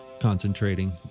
concentrating